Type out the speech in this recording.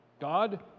God